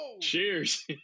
cheers